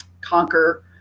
conquer